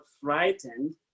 frightened